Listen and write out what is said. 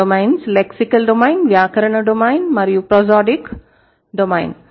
ఆ డొమైన్లు lexical domain వ్యాకరణ డొమైన్ మరియు ప్రోసోడిక్ డొమైన్